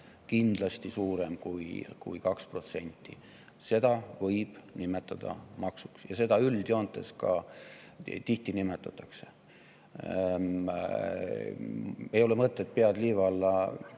kindlasti suurem kui 2%. Seda võib nimetada maksuks ja nii seda üldjoontes, tihti ka nimetatakse. Ei ole mõtet pead liiva alla